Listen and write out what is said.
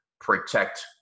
protect